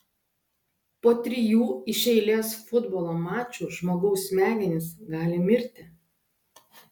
po trijų iš eilės futbolo mačų žmogaus smegenys gali mirti